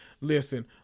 Listen